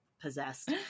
possessed